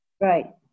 Right